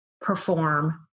perform